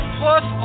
plus